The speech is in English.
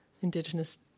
Indigenous